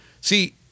See